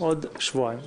בעוד שבועיים.